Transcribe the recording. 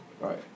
Right